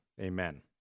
Amen